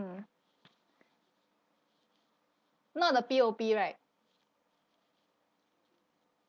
mm not the P_O_P right